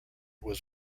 was